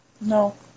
No